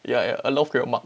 ya ya a north korean mug